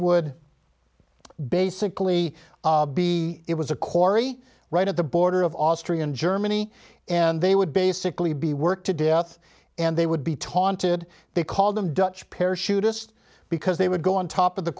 would basically b it was a corey right at the border of austria and germany and they would basically be worked to death and they would be taunted they called them dutch parachutist because they would go on top of the